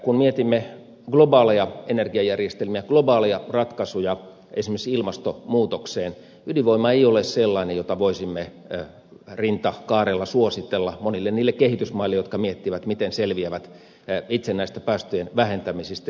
kun mietimme globaaleja energiajärjestelmiä globaaleja ratkaisuja esimerkiksi ilmastonmuutokseen ydinvoima ei ole sellainen jota voisimme rinta kaarella suositella monille niille kehitysmaille jotka miettivät miten selviävät itse päästöjen vähentämisestä